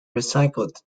recycled